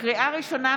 לקריאה ראשונה,